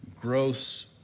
gross